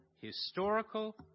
historical